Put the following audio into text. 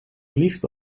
liefde